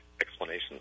explanations